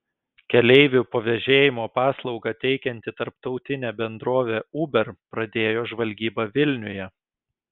keleivių pavėžėjimo paslaugą teikianti tarptautinė bendrovė uber pradėjo žvalgybą vilniuje